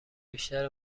بیشتر